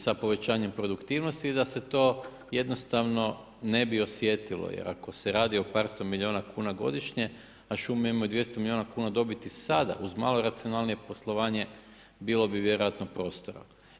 Znači, sa povećanjem produktivnosti da se to jednostavno ne bi osjetilo jer ako se radi o par sto milijuna kuna godišnje, a šume imaju 200 milijuna kuna dobiti sada, uz malo racionalnije poslovanje bilo bi vjerojatno prostora.